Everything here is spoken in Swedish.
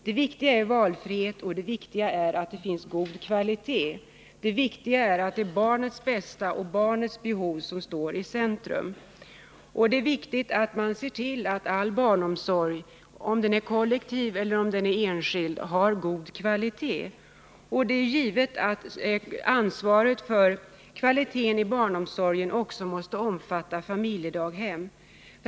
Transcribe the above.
Det viktiga är valfrihet, och det viktiga är att det är barnets bästa och barnets behov som står i centrum. Det är viktigt att man ser till att all barnomsorg — om den är kollektiv eller om den är enskild — har god kvalitet. Det är givet att ansvaret för kvaliteten i barnomsorgen också måste omfatta familjedaghem.